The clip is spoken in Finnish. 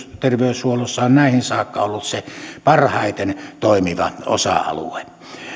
terveydenhuollossa on näihin saakka ollut se parhaiten toimiva osa alue